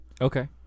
Okay